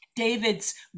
David's